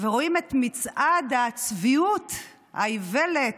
ורואים את מצעד הצביעות, האיוולת,